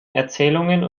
erzählungen